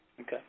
Okay